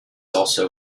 also